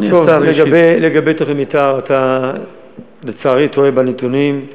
לגבי תוכנית מתאר, לצערי אתה טועה בנתונים.